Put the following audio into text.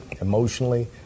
emotionally